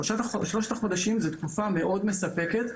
שלושת החודשים הם תקופה מאוד מספקת.